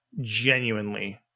genuinely